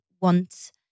want